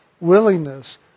willingness